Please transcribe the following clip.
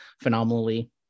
phenomenally